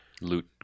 loot